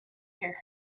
here